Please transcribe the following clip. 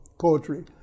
poetry